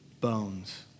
bones